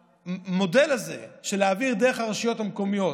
המודל הזה של להעביר דרך הרשויות המקומיות,